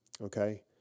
Okay